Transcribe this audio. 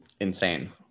insane